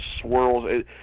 swirls